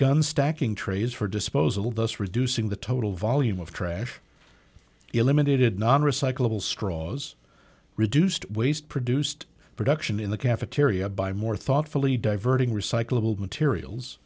gun stacking trays for disposal thus reducing the total volume of trash eliminated non recyclable straws reduced waste produced production in the cafeteria by more thoughtfully diverting recyclable materials